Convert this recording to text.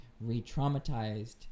re-traumatized